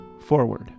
forward